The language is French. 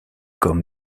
comme